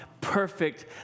perfect